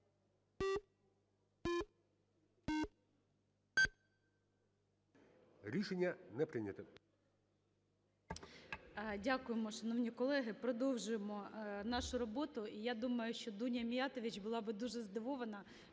Рішення не прийнято.